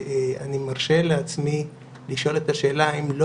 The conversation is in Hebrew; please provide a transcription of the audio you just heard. אני מרשה לעצמי לשאול את השאלה האם לא